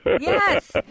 Yes